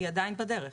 היא עדיין בדרך.